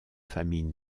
famille